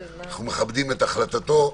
אנו מכבדים את החלטתו.